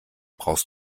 brauchst